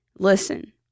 Listen